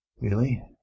Really